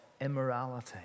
immorality